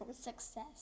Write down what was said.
success